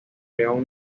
león